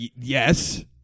yes